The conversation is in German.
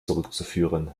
zurückzuführen